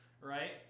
Right